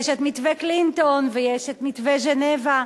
יש מתווה קלינטון ויש מתווה ז'נבה.